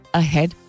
ahead